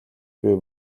буй